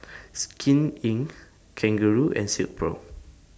Skin Inc Kangaroo and Silkpro